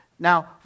Now